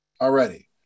already